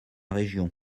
région